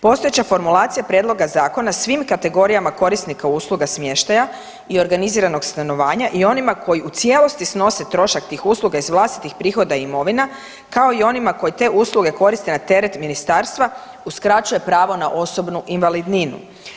Postojeća formulacija prijedloga zakona svim kategorijama korisnika usluga smještaja i organiziranog stanovanja i onima koji u cijelosti snose trošak tih usluga iz vlastitih prihoda imovina, kao i onima koji te usluge koriste na teret ministarstva uskraćuje pravo na osobnu invalidninu.